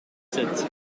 sept